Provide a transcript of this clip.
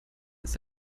ist